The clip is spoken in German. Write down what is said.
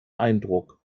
eindruck